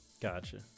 Gotcha